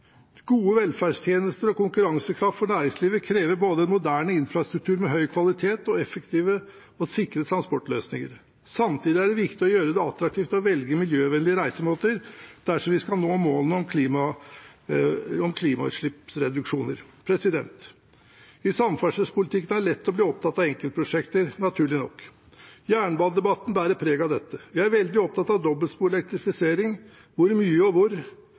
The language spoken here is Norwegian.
Gode velferdstjenester og konkurransekraft for næringslivet krever både moderne infrastruktur med høy kvalitet og effektive og sikre transportløsninger. Samtidig er det viktig å gjøre det attraktivt å velge miljøvennlige reisemåter dersom vi skal nå målene om klimagassutslippsreduksjoner. I samferdselspolitikken er det lett å bli opptatt av enkeltprosjekter, naturlig nok. Jernbanedebatten bærer preg av dette. Vi er veldig opptatt av dobbeltspor og elektrifisering, hvor mye og hvor.